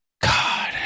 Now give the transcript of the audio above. God